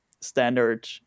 standard